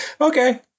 Okay